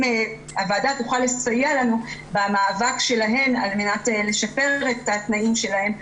אם הוועדה תוכל לסייע להן במאבק שלהן על מנת לשפר את התנאים שלהן,